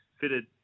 fitted